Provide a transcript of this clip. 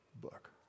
book